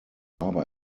aber